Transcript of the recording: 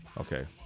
Okay